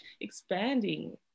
expanding